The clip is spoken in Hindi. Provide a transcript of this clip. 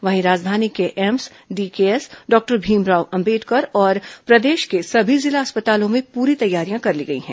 वहीं राजधानी के AIIMS DKS doctor Bhimrao Ambedkar और प्रदेश के सभी जिला अस्पतालों में पूरी तैयारियां कर ली गई हैं